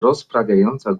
rozprawiających